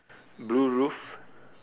blue roof